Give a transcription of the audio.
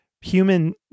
human